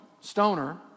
Stoner